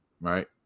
right